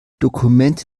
dokumente